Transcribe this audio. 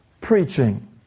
preaching